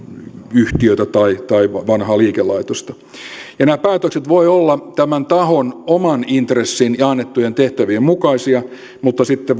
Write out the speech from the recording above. yhtiötä tai tai vanhaa liikelaitosta nämä päätökset voivat olla tämän tahon oman intressin ja annettujen tehtävien mukaisia mutta sitten